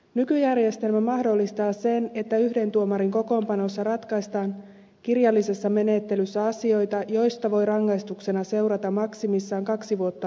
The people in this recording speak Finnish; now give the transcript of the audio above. nykyjärjestelmä mahdollistaa sen että yhden tuomarin kokoonpanossa ratkaistaan kirjallisessa menettelyssä asioita joista voi rangaistuksena seurata maksimissaan kaksi vuotta vankeutta